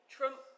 Trump